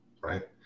right